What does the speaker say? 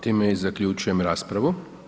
Time i zaključujem raspravu.